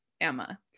emma